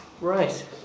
Right